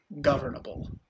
governable